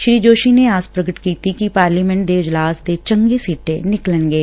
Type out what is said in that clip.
ਸ੍ਰੀ ਜੋਸ਼ੀ ਨੇ ਆਸ ਪੁਗਟ ਕੀਤੀ ਕਿ ਪਾਰਲੀਮੈਂਟ ਦੇ ਇਜਲਾਸ ਦੇ ਚੰਗੇ ਸਿੱਟੇ ਨਿਕਲਣਗੇ